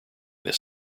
this